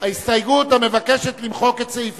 זו ההסתייגות המבקשת למחוק את סעיף